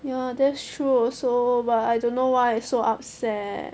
ya that's true also but I don't know why I so upset